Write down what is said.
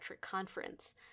conference